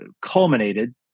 culminated